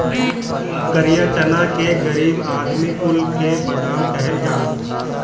करिया चना के गरीब आदमी कुल के बादाम कहल जाला